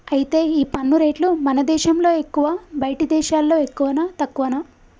అయితే ఈ పన్ను రేట్లు మన దేశంలో ఎక్కువా బయటి దేశాల్లో ఎక్కువనా తక్కువనా